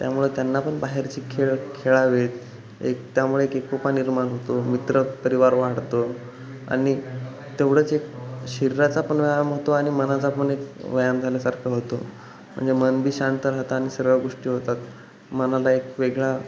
त्यामुळे त्यांना पण बाहेरची खेळ खेळावे एक त्यामुळे एक एकोपा निर्माण होतो मित्र परिवार वाढतो आणि तेवढंच एक शरीराचा पण व्यायाम होतो आणि मनाचा पण एक व्यायाम झाल्यासारखं होतो म्हणजे मन बी शांत राहतं आणि सर्व गोष्टी होतात मनाला एक वेगळा